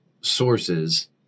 sources